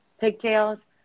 pigtails